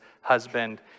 husband